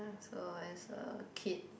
so as a kid